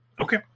Okay